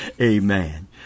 Amen